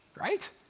Right